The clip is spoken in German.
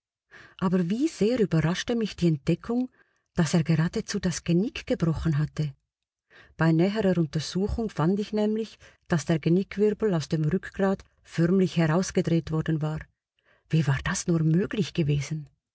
aber wie sehr überraschte mich die entdeckung daß er geradezu das genick gebrochen hatte bei näherer untersuchung fand ich nämlich daß der genickwirbel aus dem rückgrat förmlich herausgedreht worden war wie war das nur möglich gewesen